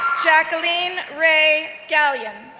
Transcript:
jacqueline rae galyon,